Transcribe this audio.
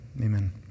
Amen